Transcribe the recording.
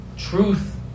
truth